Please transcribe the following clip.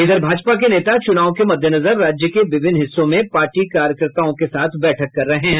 इधर भाजपा के नेता चुनाव के मद्देनजर राज्य के विभिन्न हिस्सों में पार्टी कार्यकर्ताओं के साथ बैठक कर रहे हैं